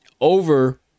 Over